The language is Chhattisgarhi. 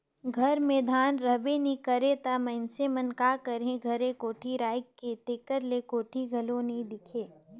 घर मे धान रहबे नी करे ता मइनसे मन का करही घरे कोठी राएख के, तेकर ले कोठी घलो नी दिखे